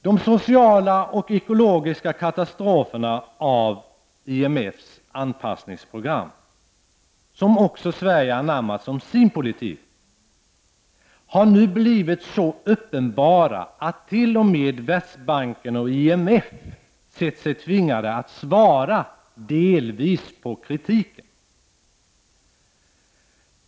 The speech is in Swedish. De sociala och ekologiska katastroferna av IMFs anpassningsprogram, som också Sverige anammat som sin politik, har nu blivit så uppenbara att t.o.m. Världsbanken och IMF sett sig tvingade att delvis svara på kritiken.